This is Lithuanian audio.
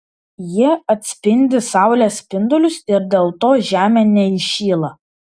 jie atspindi saulės spindulius ir dėl to žemė neįšyla